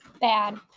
Bad